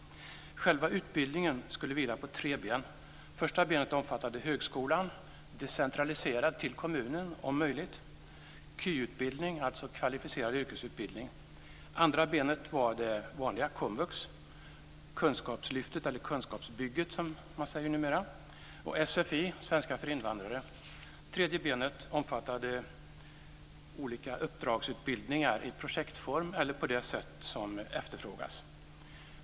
Själva utbildningen skulle vila på tre ben. Det första benet omfattade högskolan, om möjligt decentraliserad till kommunen, och KY, dvs. kvalificerad yrkesutbildning. Det andra benet var det vanliga komvux, Kunskapslyftet eller Kunskapsbygget som man säger numera och sfi, svenska för invandrare. Det tredje benet omfattade olika uppdragsutbildningar i projektform eller på det sätt som efterfrågas.